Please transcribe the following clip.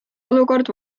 olukord